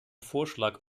vorschlag